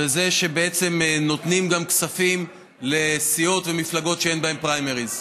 הוא זה שבעצם נותנים גם כספים לסיעות ולמפלגות שאין בהן פריימריז.